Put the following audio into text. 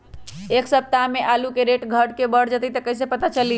एक सप्ताह मे आलू के रेट घट ये बढ़ जतई त कईसे पता चली?